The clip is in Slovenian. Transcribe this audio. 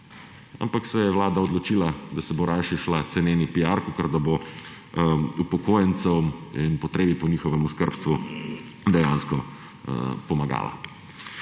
ampak se je vlada odločila, da se bo rajši šla ceneni piar, kot da bi upokojencem in potrebi po njihovem oskrbstvu dejansko pomagala.